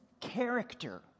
character